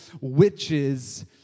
witches